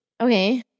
Okay